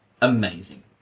amazing